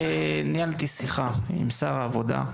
ניהלתי שיחה עם שר העבודה,